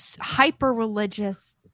hyper-religious